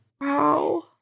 Wow